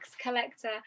collector